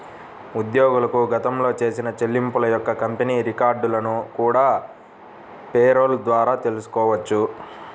ఉద్యోగులకు గతంలో చేసిన చెల్లింపుల యొక్క కంపెనీ రికార్డులను కూడా పేరోల్ ద్వారా తెల్సుకోవచ్చు